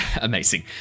amazing